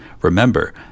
Remember